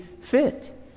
fit